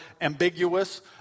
ambiguous